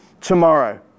tomorrow